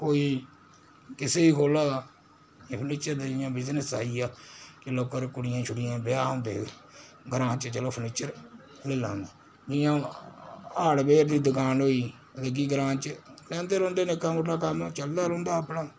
कोई किसे दी खोह्ल्ला दा एह् फर्नीचर ते जि'यां बिजनेस आइया कि लोकें'र कुड़ियें शुड़ियें ब्याह होंदे ग्रां च चलो फनीचर जि'यां हुन हार्डवेयर दी दुकान होई लग्गी ग्रां च लैंदे रौह्नदे निक्का मोटा कम्म चलदा रौह्नदा अपना